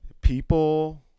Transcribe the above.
People